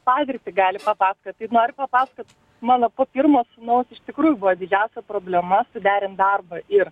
patirtį gali papasakot ir noriu papasakot mano po pirmo sūnaus iš tikrųjų buvo didžiausia problema suderint darbą ir